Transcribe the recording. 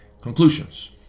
conclusions